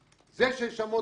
שם?